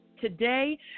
today